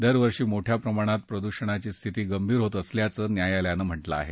दरवर्षी मोठ्या प्रमाणात प्रदुषणाची स्थिती गंभीर होत असल्याचं न्यायालयानं म्हटलं आहे